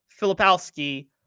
Filipowski